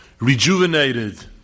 rejuvenated